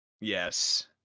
Yes